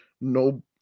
no